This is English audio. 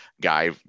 guy